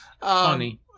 funny